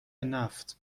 نفت